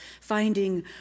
finding